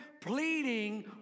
Pleading